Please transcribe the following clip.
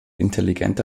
intelligente